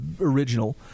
original